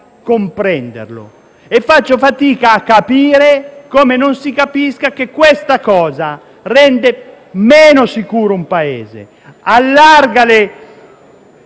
comprenderlo. Come faccio fatica a comprendere come non si capisca che questa misura rende meno sicuro un Paese e allarga